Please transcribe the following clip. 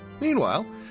Meanwhile